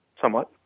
somewhat